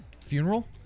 Funeral